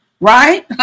Right